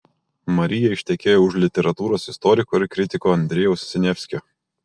marija ištekėjo už literatūros istoriko ir kritiko andrejaus siniavskio